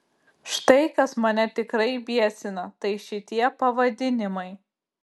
štai kas mane tikrai biesina tai šitie pavadinimai